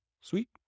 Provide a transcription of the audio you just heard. Sweet